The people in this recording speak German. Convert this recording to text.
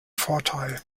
vorteil